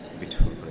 Beautiful